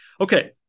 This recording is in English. okay